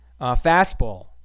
fastball